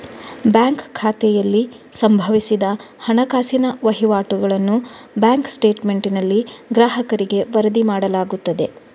bank ಖಾತೆಯಲ್ಲಿ ಸಂಭವಿಸಿದ ಹಣಕಾಸಿನ ವಹಿವಾಟುಗಳನ್ನು ಬ್ಯಾಂಕ್ ಸ್ಟೇಟ್ಮೆಂಟಿನಲ್ಲಿ ಗ್ರಾಹಕರಿಗೆ ವರದಿ ಮಾಡಲಾಗುತ್ತದೆ